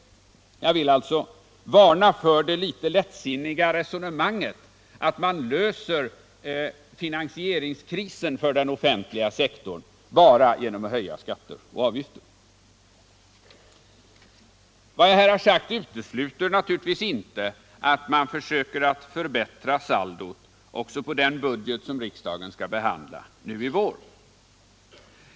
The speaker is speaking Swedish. Jag vill alltså varna för det något lättsinniga resonemanget att man löser finansieringskrisen för den offentliga sektorn bara genom att höja skatter och avgifter. Vad jag här har sagt utesluter naturligtvis inte att man försöker att förbättra saldot också på den budget som riksdagen skall behandla nu i vår.